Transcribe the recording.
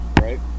right